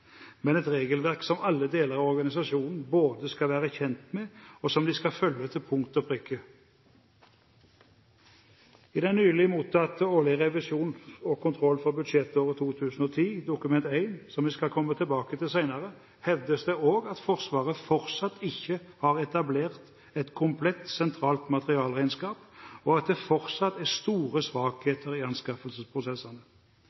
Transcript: men et regelverk som alle deler av organisasjonen både skal være kjent med og skal følge til punkt og prikke. I den nylig mottatte rapporten om den årlige revisjon og kontroll for budsjettåret 2010, Dokument 1 for 2010–2011, som vi skal komme tilbake til senere, hevdes det også at Forsvaret fortsatt ikke har etablert et komplett sentralt materialregnskap, og at det fortsatt er store